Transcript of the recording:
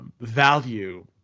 value